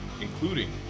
including